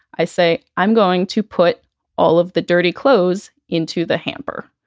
i say i'm going to put all of the dirty clothes into the hamper.